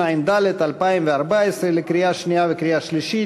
התשע"ד 2014, לקריאה שנייה וקריאה שלישית.